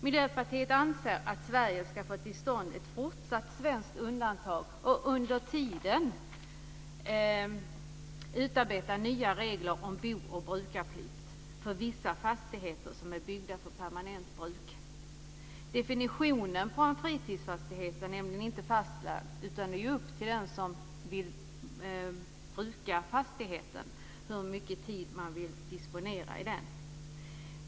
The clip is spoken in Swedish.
Miljöpartiet anser att Sverige ska få till stånd ett fortsatt svenskt undantag och att det under tiden ska utarbetas nya regler om bo och brukarplikt för vissa fastigheter som är byggda för permanentbruk. Definitionen på en fritidsfastighet är nämligen inte fastlagd, utan det är upp till den som vill bruka fastigheten hur mycket tid vederbörande vill disponera i den.